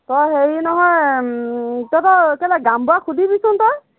তই হেৰি নহয় তহঁতৰ কেলৈ গাঁওবুঢ়াক সুধিবিচোন তই